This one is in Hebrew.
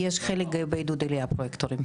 יש חלק בעידוד עלייה פרויקטורים,